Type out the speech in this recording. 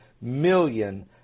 million